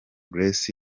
grace